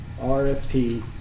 RFP